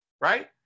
right